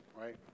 Right